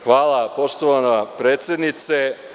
Hvala, poštovana predsednice.